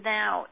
now